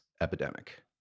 epidemic